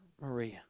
Maria